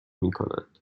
میکنند